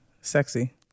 sexy